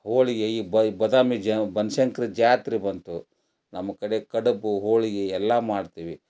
ಹೋಳಿಗೆ ಈ ಬಾದಾಮಿ ಜ್ ಬನಶಂಕರಿ ಜಾತ್ರೆ ಬಂತು ನಮ್ಮ ಕಡೆ ಕಡುಬು ಹೋಳಿಗೆ ಎಲ್ಲ ಮಾಡ್ತೀವಿ